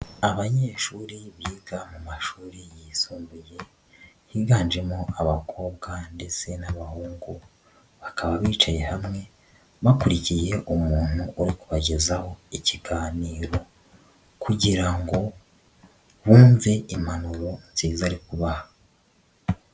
Abanyeshuri biga mu mashuri yisumbuye higanjemo abakobwa ndetse n'abahungu, bakaba bicaye hamwe bakurikiye umuntu uri kubagezaho ikiganiro kugira ngo bumve impanuro nziza ari kubaha.